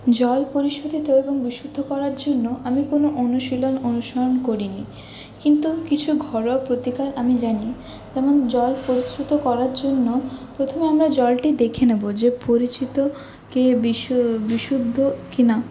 জল পরিশোধিত এবং বিশুদ্ধ করার জন্য আমি কোনও অনুশীলন অনুসরণ করিনি কিন্তু কিছু ঘরোয়া প্রতিকার আমি জানি যেমন জল পরিশ্রুত করার জন্য প্রথমে আমরা জলটি দেখে নেব যে পরিচিত কি বিশুদ্ধ কিনা